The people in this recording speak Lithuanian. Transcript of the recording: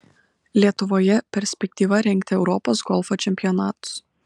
lietuvoje perspektyva rengti europos golfo čempionatus